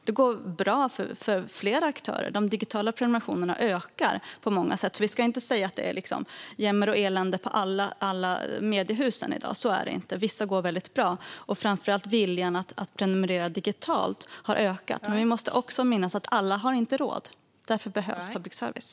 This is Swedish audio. Det går bra för flera aktörer. De digitala prenumerationerna ökar på många sätt, så vi ska inte säga att det är jämmer och elände i alla mediehus i dag. Så är det inte, utan vissa går väldigt bra. Framför allt har viljan att prenumerera digitalt ökat, men vi måste också minnas att alla inte har råd. Därför behövs public service.